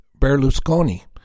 Berlusconi